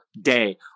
day